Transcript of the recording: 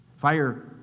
Fire